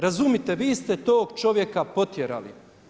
Razumite, vi ste tog čovjeka potjerali.